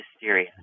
Hysteria